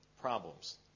problems